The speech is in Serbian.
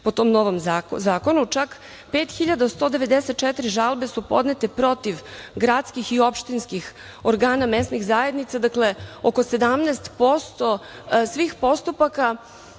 po tom novom zakonu čak 5.194 žalbe su podnete protiv gradskih i opštinskih organa mesnih zajednica, dakle oko 17% svih postupaka